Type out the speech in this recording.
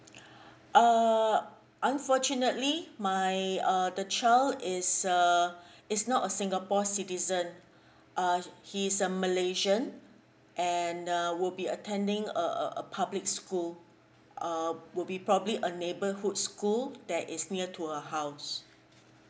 err unfortunately my uh the child is err it's not a singapore citizen uh he's a malaysian and uh would be attending a a public school um would be probably a neighbourhood school that is near to her house